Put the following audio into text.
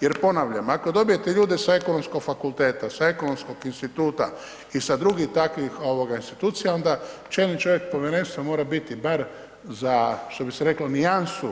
Jer ponavljam, ako dobijete ljude sa Ekonomskog fakulteta, sa Ekonomskog instituta i sa drugih takvih institucija onda čelni čovjek povjerenstva mora biti bar za što bi se reklo nijansu